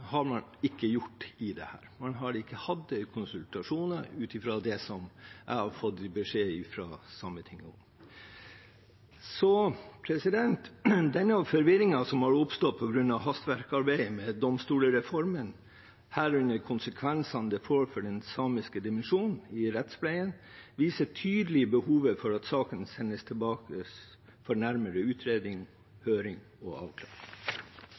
jeg har fått beskjed om fra Sametinget. Denne forvirringen som har oppstått på grunn av hastverksarbeidet med domstolsreformen, herunder konsekvensene det får for den samiske dimensjonen i rettspleien, viser tydelig behovet for at saken sendes tilbake for nærmere utredning, høring og avklaring.